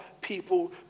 people